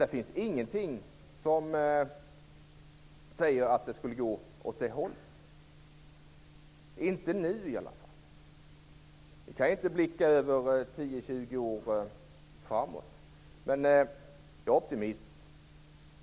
Det finns ingenting som säger att det skulle gå åt det hållet, i alla fall inte nu. Vi kan inte överblicka utvecklingen 10-20 år framåt, men jag är optimist.